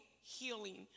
healing